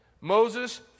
Moses